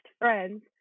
friends